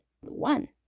one